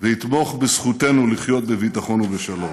ויתמוך בזכותנו לחיות בביטחון ובשלום.